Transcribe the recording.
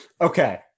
Okay